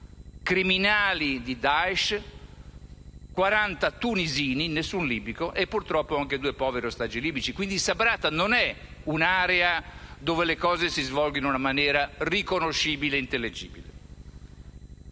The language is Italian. criminali del Daesh, cioè quaranta tunisini (nessun libico) e purtroppo anche due poveri ostaggi serbi. Quindi Sabrata non è un'area dove le cose si svolgono in una maniera riconoscibile ed intelligibile.